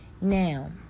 Now